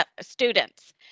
students